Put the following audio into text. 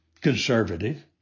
conservative